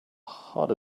hard